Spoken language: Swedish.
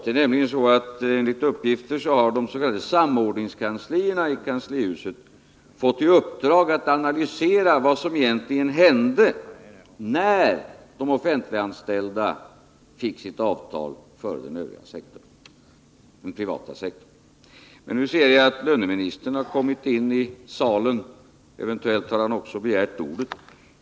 Det är nämligen så, enligt uppgifter, att de s.k. samordningskanslierna i kanslihuset har fått i uppdrag att analysera vad som egentligen hände när de offentliganställda fick sitt avtal före den privata sektorn. Nu ser jag att löneministern har kommit in i kammaren. Eventuellt har han också begärt ordet.